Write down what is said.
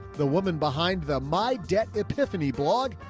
the woman behind the my debt epiphany blog,